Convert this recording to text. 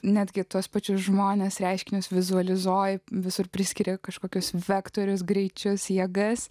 netgi tuos pačius žmones reiškinius vizualizuoji visur priskiria kažkokius vektorius greičius jėgas